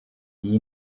iyi